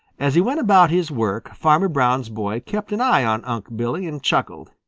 as he went about his work farmer brown's boy kept an eye on unc' billy and chuckled.